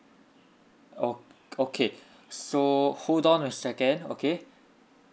oh okay so hold on a second okay